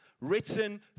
written